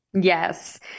Yes